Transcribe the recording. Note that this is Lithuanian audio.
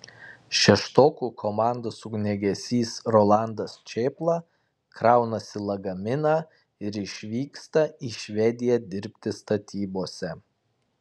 šeštokų komandos ugniagesys rolandas čėpla kraunasi lagaminą ir išvyksta į švediją dirbti statybose